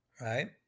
right